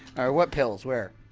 what pills, where?